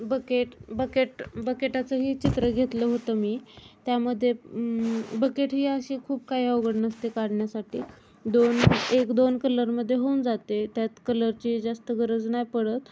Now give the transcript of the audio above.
bucket bucket बकेटाचंही चित्र घेतलं होतं मी त्यामध्ये बकेट ही अशी खूप काही अवघड नसते काढण्यासाठी दोन एक दोन कलरमध्ये होऊन जाते त्यात कलरची जास्त गरज नाही पडत